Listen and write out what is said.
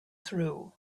through